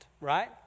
right